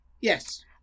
Yes